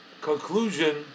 conclusion